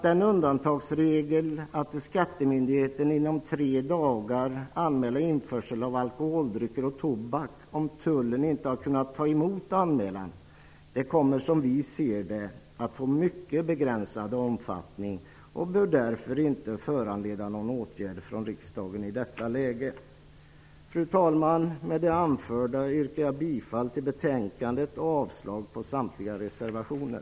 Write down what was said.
Den undantagsregel som innebär att man till skattemyndigheten inom tre dagar skall anmäla införsel av alkoholdrycker och tobak, om tullen inte har kunnat ta emot anmälan, kommer att få en mycket begränsad omfattning och bör därför inte föranleda någon åtgärd från riksdagen i detta läge. Fru talman! Med det anförda yrkar jag bifall till utskottets hemställan och avslag på samtliga reservationer.